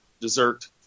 dessert